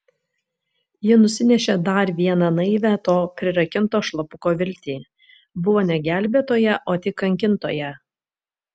ji nusinešė dar vieną naivią to prirakinto šlapuko viltį buvo ne gelbėtoja o tik kankintoja